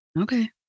Okay